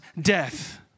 death